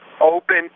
open